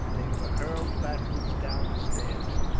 they were hurled backwards down the stairs.